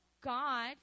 god